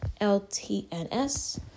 LTNS